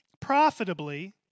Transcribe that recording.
profitably